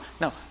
No